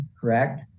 correct